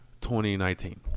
2019